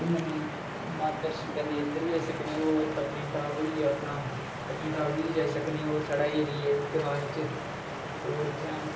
घूमनै ई मां दे दर्शन करने गी इद्धर बी आई सकने ते होर पत्नीटाप होई गेआ अपना पत्नीटॉप गी बी जाई सकने होर साढ़े एरिया ग्रांऽ बिच्च होर उत्थें